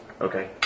Okay